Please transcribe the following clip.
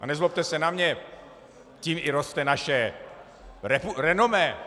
A nezlobte se na mne, tím i roste naše renomé.